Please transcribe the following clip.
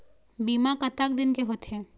बीमा कतक दिन के होते?